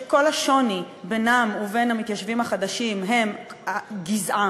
שכל השוני בינם ובין המתיישבים החדשים הוא גזעם,